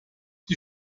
die